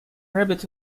rabbit